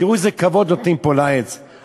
תראו איזה כבוד נותנים פה לעץ.